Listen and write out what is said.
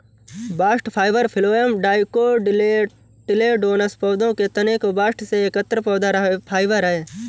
bast fibre phloem dicotyledonous पौधों के तने के बास्ट से एकत्र पौधा फाइबर है